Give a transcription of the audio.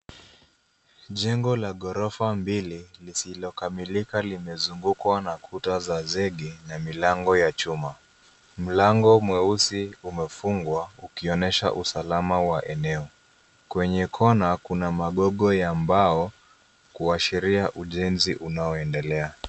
Jengo la ghorofa mbili lisilokamilika limezungukwa na kuta za zege na milango ya chuma. Mlango mweusi umefungwa ukionyesha usalama wa eneo. Kwenye kona kuna magogo ya mbao kuashiria ujenzi unaoendelea.